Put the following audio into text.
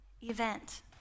event